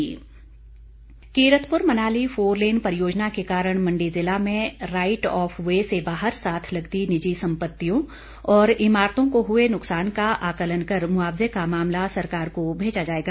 four lane Kiratpur Manali four lane परियोजना के कारण मंडी जिला में राईट ऑफ वे से बाहर साथ लगती निजी सम्पतियों और इमारतों को हुए नुकसान का आंकलन कर मुआवजे का मामला सरकार को भेजा जाएगा